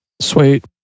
Sweet